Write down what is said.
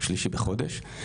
שלישי בחודש.